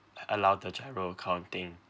allow the giro account thing